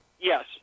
Yes